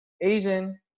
Asian